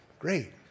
Great